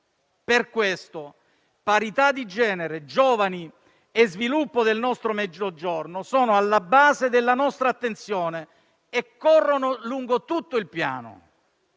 Per questo, parità di genere, giovani e sviluppo del Mezzogiorno sono alla base della nostra attenzione e corrono lungo tutto il Piano.